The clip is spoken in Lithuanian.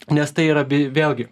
nes tai yra bi vėlgi